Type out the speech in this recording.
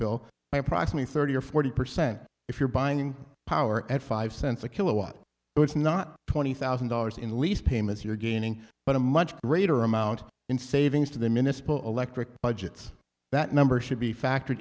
by approximately thirty or forty percent if you're buying power at five cents a kilowatt the not twenty thousand dollars in lease payments you're gaining but a much greater amount in savings to the miniscule electric budgets that number should be factored